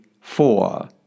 four